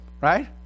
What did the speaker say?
right